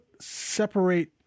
separate